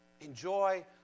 Enjoy